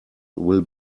will